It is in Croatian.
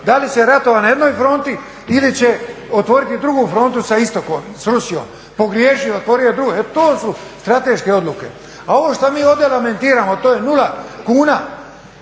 da li će ratovati na jednoj fronti ili će otvoriti drugu frontu sa istokom, sa Rusijom. Pogriješio je, otvorio je drugu. E to su strateške odluke. A ovo što mi ovdje lamentiramo to je nula kuna.